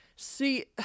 See